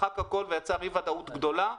מחק הכול ויצר אי ודאות גדולה.